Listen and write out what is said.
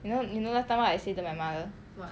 you know you know last time what I say to my mother